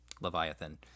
Leviathan